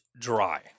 dry